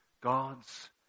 God's